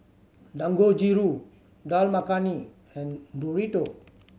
Dangojiru Dal Makhani and Burrito